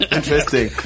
Interesting